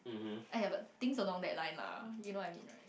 aiyah but things along that line lah you know what I mean right